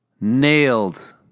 nailed